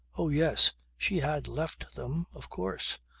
oh yes. she had left them of course.